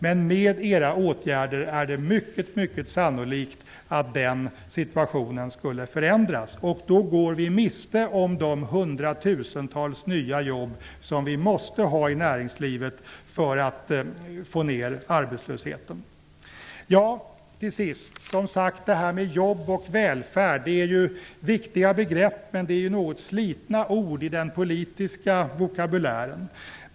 Men med era åtgärder är det mycket sannolikt att den situationen förändras. Då går vi miste om de hundratusentals nya jobb som vi måste ha i näringslivet för att få ner arbetslösheten. Till sist. Detta med jobb och välfärd är viktiga begrepp. Men det är något slitna ord i den politiska vokabulären.